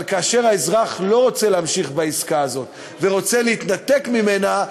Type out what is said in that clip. אבל כאשר האזרח לא רוצה להמשיך בעסקה הזו ורוצה להתנתק ממנה,